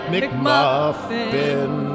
McMuffin